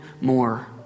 more